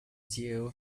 due